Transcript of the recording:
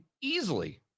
easily